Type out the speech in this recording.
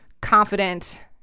confident